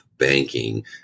banking